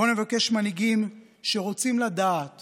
בואו נבקש מנהיגים שרוצים לדעת